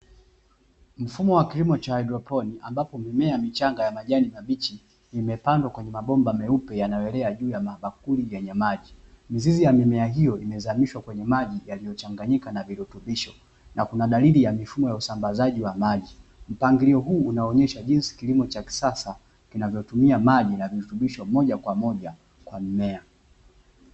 Mfumo wa kilimo cha haidroponi ambapo mimea michanga ya majani mabichi imepandwa kwenye mabomba meupe yanayoelea juu ya mabakuli meupe yenye maji. Mizizi ya mimea hiyo imezamishwa kwenye maji yaliyochanganyika na virutubisho na kuna dalili ya mifumo ya usambazaji wa maji. Mpangilio huu unaonyesha jinsi kilimo cha kisasa kinavyotumia maji na virutubisho moja kwa moja kwa mimea.